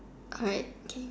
alright okay